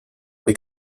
kui